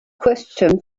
christian